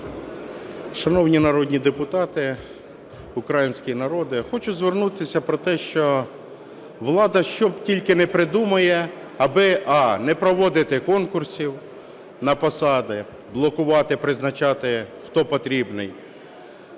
Шановні народні депутати, український народе! Хочу звернутися про те, що влада що тільки не придумає, аби а) не проводити конкурси на посади, блокувати, призначати, хто потрібний.